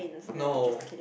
no